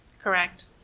Correct